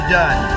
done